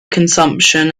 consumption